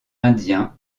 indien